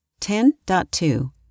10.2